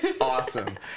awesome